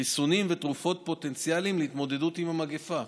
חיסונים ותרופות פוטנציאליים להתמודדות עם המגפה.